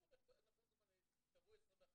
הגדירו נכות זמנית, קבעו 21 יום.